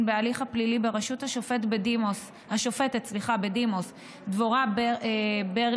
בהליך הפלילי בראשות השופטת בדימוס דבורה ברלינר,